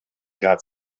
got